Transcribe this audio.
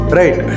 right